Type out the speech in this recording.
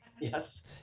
Yes